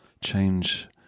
change